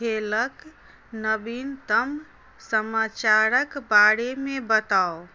खेलक नवीनतम समाचारक बारेमे बताउ